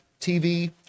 TV